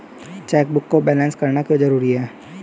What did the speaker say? Chequebook को balance करना क्यों जरूरी है?